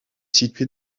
situé